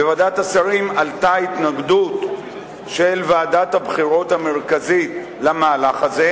בוועדת השרים עלתה התנגדות של ועדת הבחירות המרכזית למהלך הזה,